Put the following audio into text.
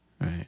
Right